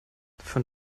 von